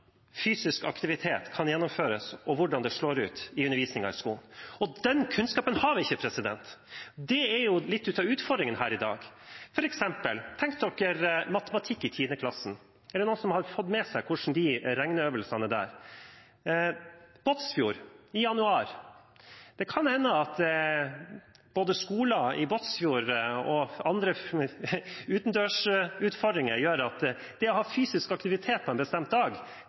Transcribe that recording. fysisk aktivitet kan gjennomføres, og hvordan det slår ut i undervisningen i skolen. Den kunnskapen har vi ikke. Det er litt av utfordringen her i dag. En kan f.eks. tenke seg matematikk i 10. klasse. Er det noen som har fått med seg hvordan regneøvelsene er der? Og tenk på Båtsfjord i januar. Det kan hende at skoler i både Båtsfjord og andre steder med utendørsutfordringer mener at det å ha fysisk aktivitet på en bestemt dag,